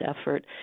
effort